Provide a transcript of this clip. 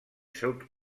sud